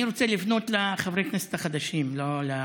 אני רוצה לפנות לחברי הכנסת החדשים, לא לוותיקים: